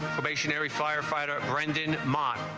stationary firefighter brandon moss